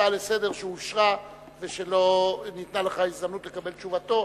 הצעה לסדר-היום שאושרה ושלא ניתנה לך הזדמנות לקבל תשובתו.